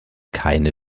keine